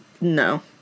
No